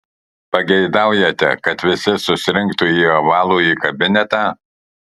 pageidaujate kad visi susirinktų į ovalųjį kabinetą